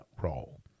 role